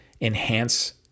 enhance